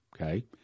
Okay